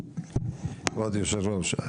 כבוד היושב ראש,